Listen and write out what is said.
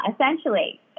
essentially